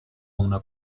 una